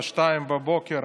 צפיפות,